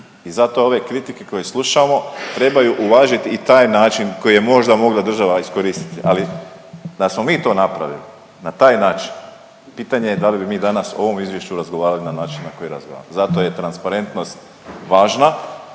i zato ove kritike koje slušamo trebaju uvažiti i taj način koji je možda mogla država iskoristiti. Ali, da smo mi to napravili na taj način, pitanje je da li bi mi danas o ovom Izvješću razgovarali na način na koji razgovaramo. Zato je transparentnost važna,